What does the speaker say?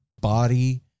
body